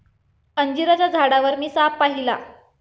अंजिराच्या झाडावर मी साप पाहिला